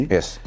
Yes